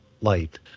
light